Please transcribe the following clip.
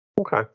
Okay